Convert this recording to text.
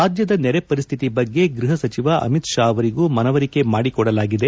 ರಾಜ್ಯದ ನೆರೆ ಪರಿಸ್ಥಿತಿ ಬಗ್ಗೆ ಗೃಹ ಸಚಿವ ಅಮಿತ್ ಶಾ ಅವರಿಗೂ ಮನವರಿಕೆ ಮಾಡಿಕೊಡಲಾಗಿದೆ